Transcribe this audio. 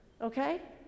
okay